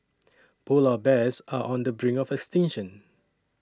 Polar Bears are on the brink of extinction